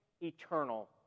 eternal